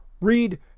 read